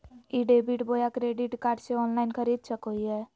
ई debit बोया credit card से online खरीद सको हिए?